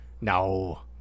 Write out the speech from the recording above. no